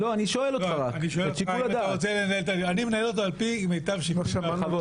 אני מנהל אותו על פי מיטב שיקול דעתי.